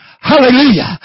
Hallelujah